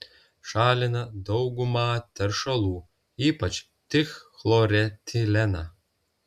šalina daugumą teršalų ypač trichloretileną